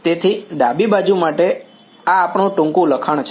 તેથી ડાબી બાજુ માટે આ આપણુ ટૂંકું લખાણ છે